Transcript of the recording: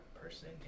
person